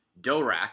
Dorak